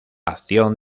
acción